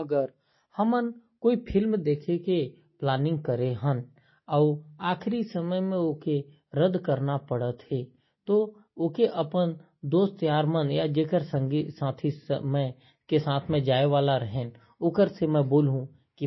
अगर हमन कोई फिल्म देखे के प्लानिंग करे हन। और ओला रद्द करना पड़त है तो मैं काहू की